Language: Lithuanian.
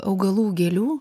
augalų gėlių